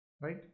Right